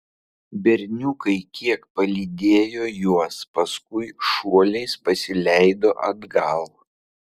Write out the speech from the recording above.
berniukai kiek palydėjo juos paskui šuoliais pasileido atgal